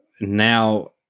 now